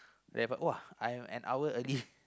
then !wah! I am an hour early